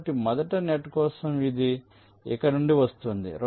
కాబట్టి మొదటి నెట్ కోసం ఇది ఇక్కడ నుండి వస్తోంది